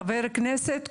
חבר כנסת,